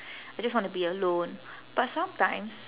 I just wanna be alone but sometimes